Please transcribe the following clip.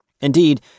Indeed